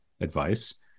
advice